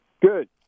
Good